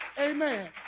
Amen